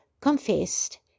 confessed